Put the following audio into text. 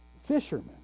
Fishermen